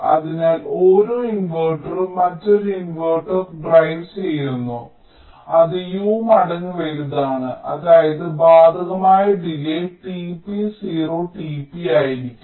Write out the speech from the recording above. അതിനാൽ ഓരോ ഇൻവെർട്ടറും മറ്റൊരു ഇൻവെർട്ടർ ഡ്രൈവ് ചെയ്യുന്നു അത് U മടങ്ങ് വലുതാണ് അതായത് ബാധകമായ ഡിലേയ്യ് tp 0 tp ആയിരിക്കും